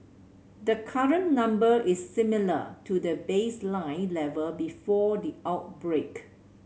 the current number is similar to the baseline level before the outbreak